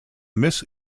miss